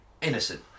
innocent